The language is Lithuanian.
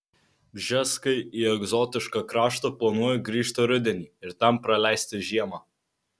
bžeskai į egzotišką kraštą planuoja grįžti rudenį ir ten praleisti žiemą